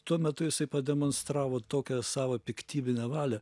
tuo metu jisai pademonstravo tokią savo piktybinę valią